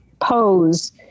pose